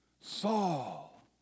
Saul